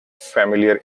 familiar